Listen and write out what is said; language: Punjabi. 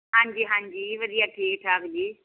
ਹਾਂਜੀ ਹਾਂਜੀ ਵਧੀਆ ਠੀਕ ਠਾਕ ਜੀ